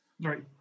right